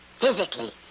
physically